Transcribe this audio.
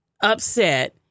upset